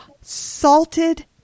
Salted